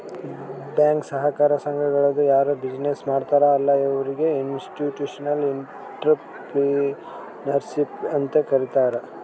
bank, ಸಹಕಾರ ಸಂಘಗಳದು ಯಾರ್ ಬಿಸಿನ್ನೆಸ್ ಮಾಡ್ತಾರ ಅಲ್ಲಾ ಅವ್ರಿಗ ಇನ್ಸ್ಟಿಟ್ಯೂಷನಲ್ ಇಂಟ್ರಪ್ರಿನರ್ಶಿಪ್ ಅಂತೆ ಕರಿತಾರ್